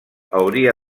hauria